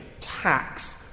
tax